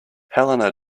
helena